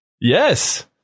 Yes